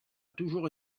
toujours